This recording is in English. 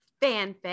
Fanfic